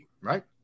Right